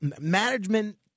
management